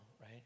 right